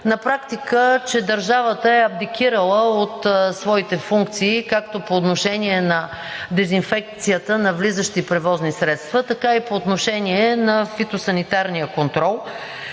На практика държавата е абдикирала от своите функции както по отношение на дезинфекцията на влизащи превозни средства, така и по отношение на фитосанитарния контрол.